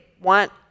want